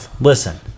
Listen